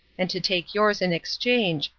and to take yours in exchange,